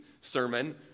sermon